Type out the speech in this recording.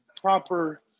proper